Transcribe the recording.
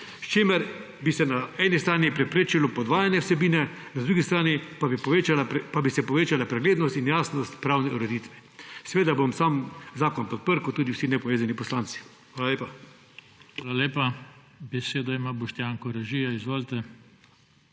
s čimer bi se na eni strani preprečilo podvajanje vsebine, na drugi strani pa bi se povečala preglednost in jasnost pravne ureditve. Seveda bom sam zakon podprl, kot tudi vsi nepovezani poslanci. Hvala lepa. **PODPREDSEDNIK JOŽE TANKO:** Hvala lepa. Besedo ima Boštjan Koražija. Izvolite.